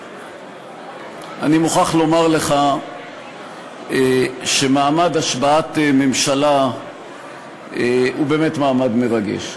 אני מוכרח לומר לך שמעמד השבעת ממשלה הוא באמת מעמד מרגש,